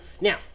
now